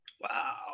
Wow